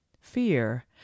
fear